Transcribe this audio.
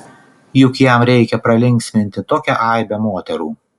juk jam reikia pralinksminti tokią aibę moterų